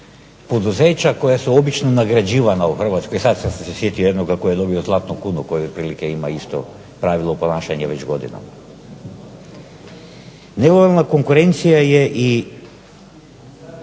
Nelojalna konkurencija je i